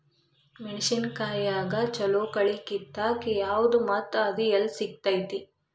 ಮೆಣಸಿನಕಾಯಿಗ ಛಲೋ ಕಳಿ ಕಿತ್ತಾಕ್ ಯಾವ್ದು ಮತ್ತ ಅದ ಎಲ್ಲಿ ಸಿಗ್ತೆತಿ?